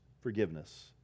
forgiveness